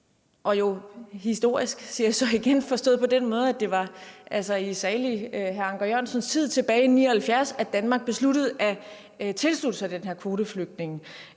og jo historisk, siger jeg så igen, forstået på den måde, at det var i salig Anker Jørgensens tid tilbage i 1979, at Danmark besluttede at tilslutte sig den her kvoteflygtningeordning.